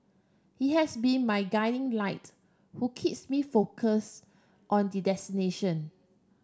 he has been my guiding light who keeps me focus on the destination